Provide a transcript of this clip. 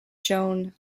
shown